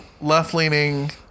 left-leaning